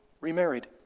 remarried